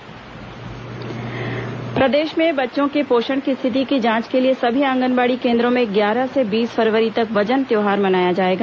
वजन त्यौहार प्रदेश में बच्चों के पोषण की स्थिति की जांच के लिए सभी आंगनबाड़ी केंद्रों में ग्यारह से बीस फरवरी तक वजन त्यौहार मनाया जाएगा